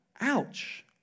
Ouch